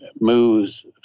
moves